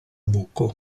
buco